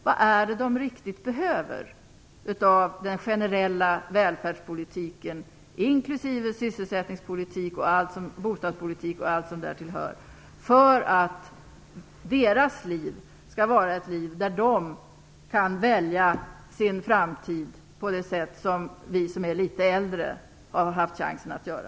Vad är det de behöver av den generella välfärdspolitiken - inklusive sysselsättningspolitik, bostadspolitik och allt som därtill hör - för att de skall kunna välja sin framtid på det sätt som vi som är litet äldre har haft chansen att göra?